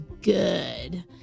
good